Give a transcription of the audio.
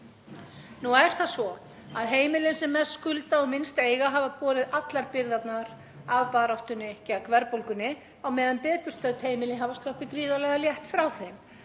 Nú er það svo að heimilin sem mest skulda og minnst eiga hafa borið allar byrðarnar af baráttunni gegn verðbólgunni á meðan betur stödd heimili hafa sloppið gríðarlega létt frá þeim.